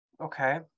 Okay